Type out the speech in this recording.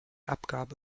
abgabe